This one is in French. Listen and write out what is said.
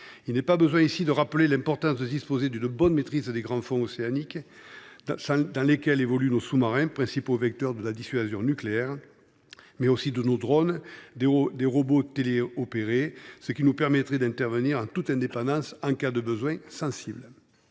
il nécessaire de rappeler la nécessité d’une bonne maîtrise des grands fonds océaniques dans lesquels évoluent nos sous marins, principaux vecteurs de notre dissuasion nucléaire, mais aussi nos drones et des robots téléopérés ? Celle ci nous permettrait d’intervenir en toute indépendance en cas de besoin sensible.